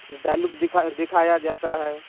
dialogue दिखाया दिखाया जाता है